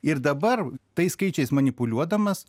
ir dabar tais skaičiais manipuliuodamas